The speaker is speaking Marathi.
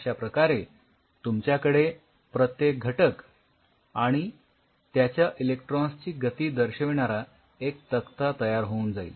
अश्या प्रकारे तुमच्याकडे प्रत्येक घटक आणि त्याच्या इलेक्ट्रॉन्सची गती दर्शविणारा एक तक्ता तयार होऊन जाईल